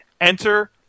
enter